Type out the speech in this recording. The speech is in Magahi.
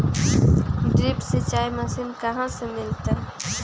ड्रिप सिंचाई मशीन कहाँ से मिलतै?